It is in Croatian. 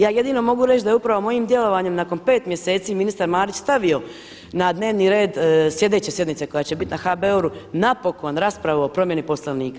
Ja jedino mogu reći da upravo mojim djelovanjem nakon pet mjeseci ministar Marić stavio na dnevni rad sljedeće sjednice koja će biti na HBOR-u napokon raspravu o promjeni Poslovnika.